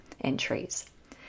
entries